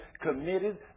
committed